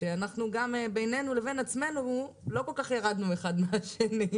שאנחנו גם בינינו לבין עצמנו לא כל כך ירדנו אחד מהשני,